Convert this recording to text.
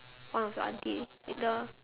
one of your aunty in the